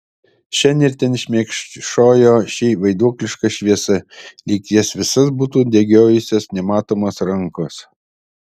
šen ir ten šmėkšojo ši vaiduokliška šviesa lyg jas visas būtų degiojusios nematomos rankos